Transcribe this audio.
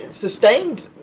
sustained